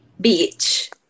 Beach